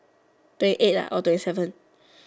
twenty eight or twenty seven